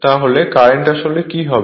তাহলে কারেন্ট আসলে কি হবে